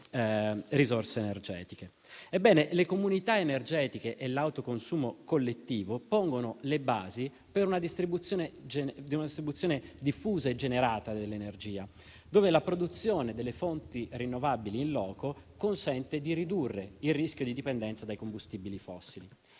le comunità energetiche e l'autoconsumo collettivo pongono le basi per una distribuzione diffusa e generata dell'energia, in cui la produzione delle fonti rinnovabili *in loco* consente di ridurre il rischio di dipendenza dai combustibili fossili.